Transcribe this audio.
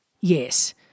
Yes